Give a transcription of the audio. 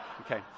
Okay